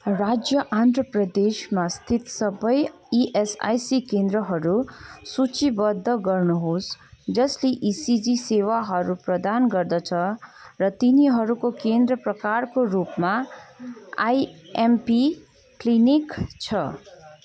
राज्य आन्ध्र प्रदेशमा स्थित सबै इएसआइसी केन्द्रहरू सूचीबद्ध गर्नुहोस् जसले इसिजी सेवाहरू प्रदान गर्दछ र तिनीहरूको केन्द्र प्रकारको रूपमा आइएमपी क्लिनिक छ